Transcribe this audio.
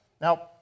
Now